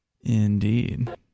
Indeed